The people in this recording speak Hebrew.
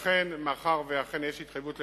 לכן, מאחר שאכן יש התחייבות לתיאום,